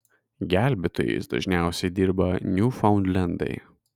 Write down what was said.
gelbėtojais dažniausiai dirba niūfaundlendai